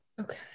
Okay